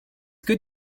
good